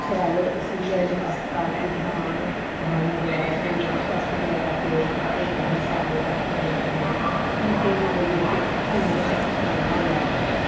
शैल इसी इयै अस्पताल गी बधान दोआइयां बगैरा थ्होई जान टैस्ट बगैरा कोल इत्थै होई जान सारे डॉक्टर डूक्टर आन हून केह् ममूली इक खून गै चेक कराना होऐ